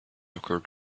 occurred